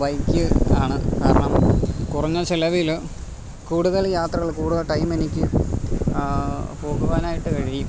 bike ആണ് കാരണം കുറഞ്ഞ ചിലവിൽ കൂടുതൽ യാത്രകളിൽ കൂടുതൽ ടൈം എനിക്ക് പോകുവാനായിട്ട് കഴിയും